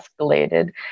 escalated